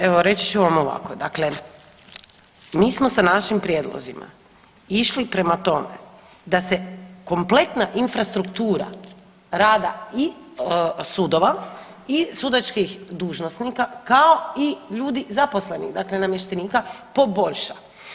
Evo reći ću vam ovako, dakle mi smo sa našim prijedlozima išli prema tome da se kompletna infrastruktura rada i sudova i sudačkih dužnosnika, kao i ljudi zaposlenih, dakle namještenika poboljša.